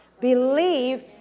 Believe